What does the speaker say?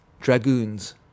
dragoons